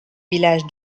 village